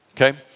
Okay